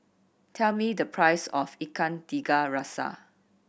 tell me the price of Ikan Tiga Rasa